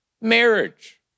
Marriage